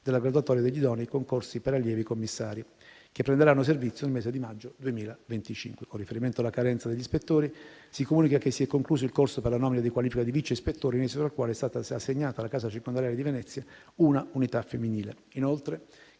della graduatoria degli idonei concorsi per allievi commissari, che prenderanno servizio nel mese di maggio 2025. Con riferimento alla carenza del ruolo degli ispettori, si comunica che, si è concluso il corso per la nomina alla qualifica di vice ispettore, in esito al quale è stata assegnata alla casa circondariale di Venezia un'unità femminile.